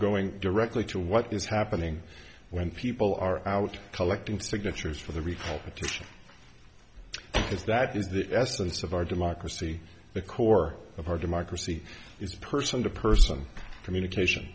going directly to what is happening when people are out collecting signatures for the recall petition is that is the essence of our democracy the core of our democracy is person to person communication